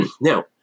Now